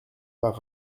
par